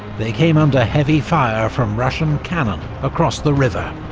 they came under heavy fire from russian cannon across the river.